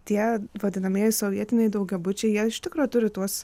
tie vadinamieji sovietiniai daugiabučiai jie iš tikro turi tuos